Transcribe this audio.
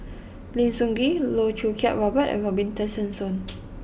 Lim Sun Gee Loh Choo Kiat Robert and Robin Tessensohn